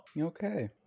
okay